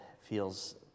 feels